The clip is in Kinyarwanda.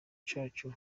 cacu